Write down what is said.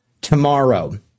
tomorrow